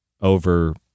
over